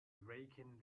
raking